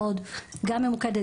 מאוד גם ממוקדת,